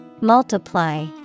Multiply